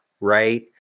right